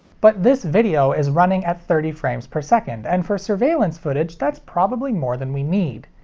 but this video is running at thirty frames per second and for surveillance footage, that's probably more than we need.